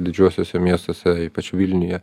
didžiuosiuose miestuose ypač vilniuje